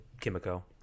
Kimiko